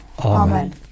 Amen